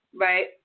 Right